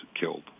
killed